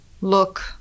look